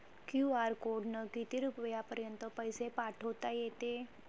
QR कोडनं किती रुपयापर्यंत पैसे पाठोता येते?